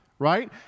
right